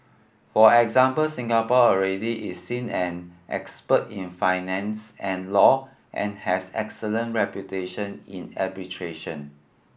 for example Singapore already is seen an expert in finance and law and has excellent reputation in arbitration